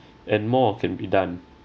and more can be done